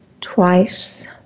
twice